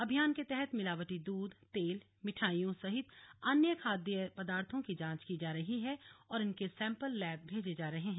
अभियान के तहत मिलावटी दूध तेल मिठाइयों सहित अन्य खाद्य पदार्थों की जांच की जा रही है और इनके सैंपल लैब भेजे जा रहे हैं